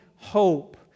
Hope